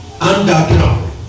underground